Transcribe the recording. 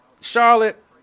Charlotte